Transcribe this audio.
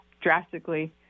drastically